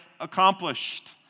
accomplished